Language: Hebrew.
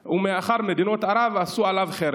מאחר שמדינות ערב עשו עליו חרם.